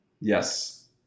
Yes